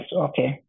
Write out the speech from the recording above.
Okay